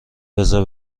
بزار